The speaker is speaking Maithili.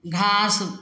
घास